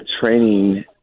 training